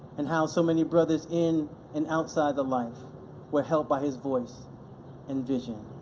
and how so many brothers in and outside the life were helped by his voice and vision.